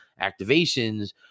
activations